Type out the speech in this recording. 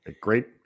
Great